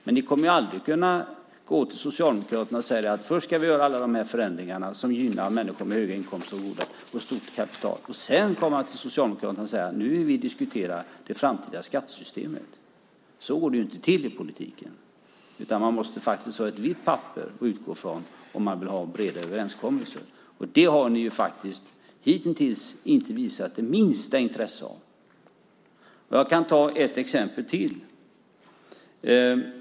Men ni kommer aldrig att kunna gå till Socialdemokraterna och säga att ni först ska göra alla de här förändringarna som gynnar människor med höga inkomster och stort kapital och att ni sedan vill diskutera det framtida skattesystemet. Så går det inte till i politiken. Man måste faktiskt ha ett vitt papper att utgå från om man vill ha breda överenskommelser. Och det har ni hitintills inte visat det minsta intresse av. Jag kan ta upp ett exempel till.